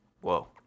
whoa